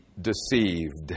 deceived